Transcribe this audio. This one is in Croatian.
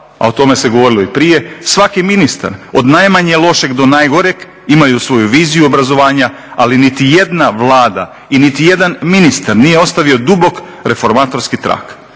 a o tome se govorilo i prije, svaki ministar od najmanje lošeg do najgoreg imaju svoju viziju obrazovanja, ali niti jedna Vlada i niti jedan ministar nije ostavio dubok reformatorski trag.